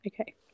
Okay